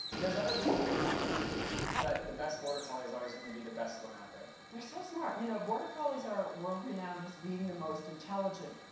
there's other breeds that can compete but the best border collie is always gonna be the best one out there. they're so smart, you know. border collies are world-renowned as being the most intelligent.